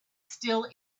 still